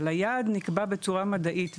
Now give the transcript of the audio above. אבל היעד נקבע בצורה מדעית,